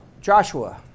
Joshua